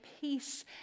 peace